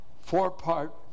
four-part